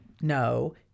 No